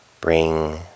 bring